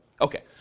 Okay